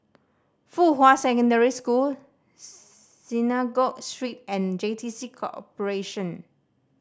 Fuhua Secondary School Synagogue Street and J T C Corporation